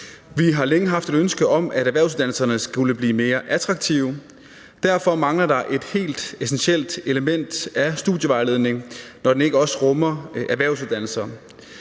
Vi har længe haft et ønske om, at erhvervsuddannelserne skulle blive mere attraktive. Derfor mangler der et helt essentielt element af studievejledningen, når den ikke også rummer erhvervsuddannelser.